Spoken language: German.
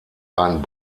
einen